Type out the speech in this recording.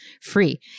free